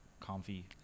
Comfy